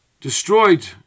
destroyed